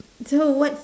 so what